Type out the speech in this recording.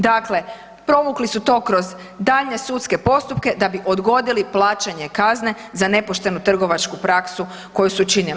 Dakle, provukli su to kroz daljnje sudske postupke da bi odgodili plaćanje kazne za nepoštenu trgovačku praksu koju su činili.